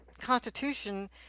constitution